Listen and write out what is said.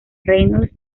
reynolds